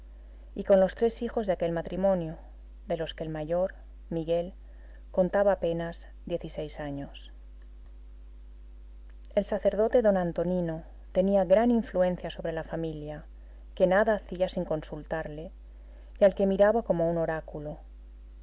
y con los tres hijos de aquel matrimonio de los que el mayor miguel contaba apenas diez y seis años el sacerdote d antonino tenía gran influencia sobre la familia que nada hacía sin consultarle y al que miraba como a un oráculo